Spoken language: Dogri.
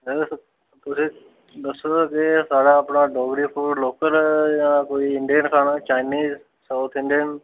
तुसें दस्से दा ते एह् साढ़ा भला डोगरी फ़ूड लोकल जां कोई इंडियन खाना चाइनीज़ साउथ इंडियन